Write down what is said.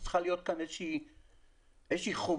צריכה להיות איזושהי חובה,